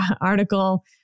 article